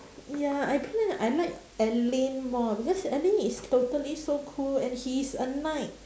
ya I plan I like alyn more because alyn is totally so cool and he is a knight